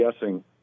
guessing